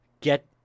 get